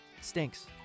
Stinks